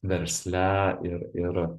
versle ir ir